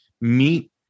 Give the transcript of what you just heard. meet